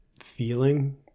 feeling